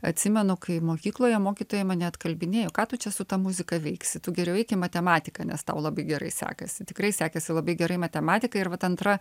atsimenu kai mokykloje mokytojai mane atkalbinėjo ką tu čia su ta muzika veiksi tu geriau eik į matematiką nes tau labai gerai sekasi tikrai sekėsi labai gerai matematika ir vat antra